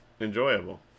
enjoyable